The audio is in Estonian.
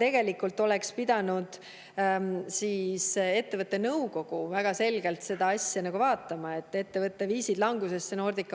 Tegelikult oleks pidanud ettevõtte nõukogu väga selgelt seda asja vaatama. Ettevõtte viisid langusesse Nordica